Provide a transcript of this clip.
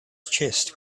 chest